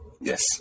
yes